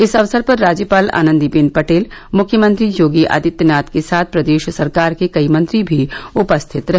इस अवसर पर राज्यपाल आनन्दीबेन पटेल मुख्यमंत्री योगी आदित्यनाथ के साथ प्रदेश सरकार के कई मंत्री भी उपस्थित रहे